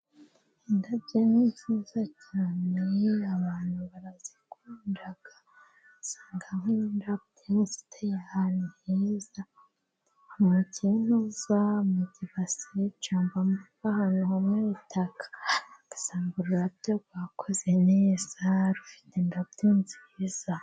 Indabyo ni nziza cyane abantu barazikunda usanga nk'indabyo ziteye ahantu heza, mu kintuza mu kibase cyangwa ahantu ho mu itaka, ugasanga ururabyo rwakuze neza, rufite indabyo nziza.